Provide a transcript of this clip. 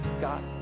God